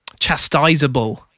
chastisable